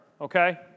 Okay